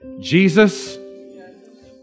Jesus